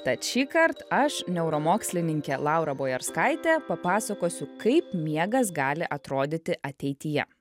tad šįkart aš neuromokslininkė laura bojarskaitė papasakosiu kaip miegas gali atrodyti ateityje